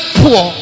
poor